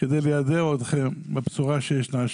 כדי ליידע אתכם בבשורה שישנה שם.